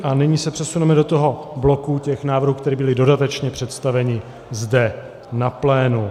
A nyní se přesuneme do toho bloku těch návrhů, které byly dodatečně představeny zde na plénu.